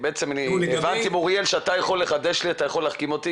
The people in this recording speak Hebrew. הבנתי מאוריאל שאתה יכול להחכים אותי,